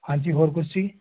ਹਾਂਜੀ ਹੋਰ ਕੁਛ ਜੀ